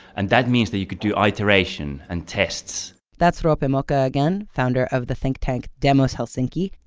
and that means that you could do ah iteration and tests that's roope and mokka again, founder of the think tank demos helsinki.